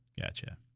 Gotcha